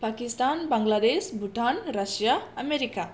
Pakistan Bangladesh Bhutan Russia America